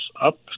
up